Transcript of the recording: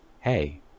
hey